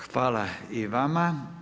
Hvala i vama.